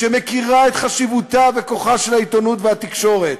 שמכירה את החשיבות והכוח של העיתונות והתקשורת,